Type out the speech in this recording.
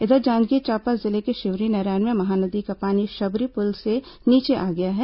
इधर जांजगीर चांपा जिले के शिवरीनारायण में महानदी का पानी शबरी पुल से नीचे आ गया है